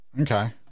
Okay